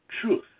truth